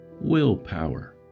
Willpower